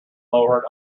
lower